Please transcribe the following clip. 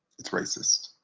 it's racist.